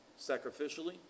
Sacrificially